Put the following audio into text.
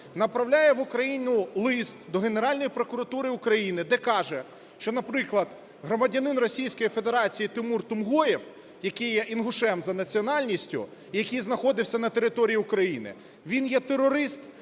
направляє в Україну лист до Генеральної прокуратури України, де каже, що наприклад, громадянин Російської Федерації Тимур Тумгоєв, який є інгушен за національністю, який знаходився на території України, він є терорист,